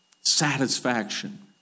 Satisfaction